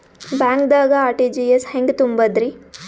ಬ್ಯಾಂಕ್ದಾಗ ಆರ್.ಟಿ.ಜಿ.ಎಸ್ ಹೆಂಗ್ ತುಂಬಧ್ರಿ?